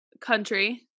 country